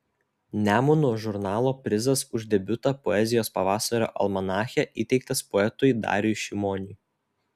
nemuno žurnalo prizas už debiutą poezijos pavasario almanache įteiktas poetui dariui šimoniui